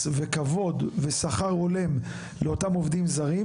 וכבוד ושכר הולם לאותם עובדים זרים,